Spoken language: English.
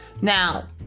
Now